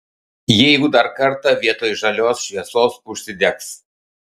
jeigu dar kartą vietoj žalios šviesos užsidegs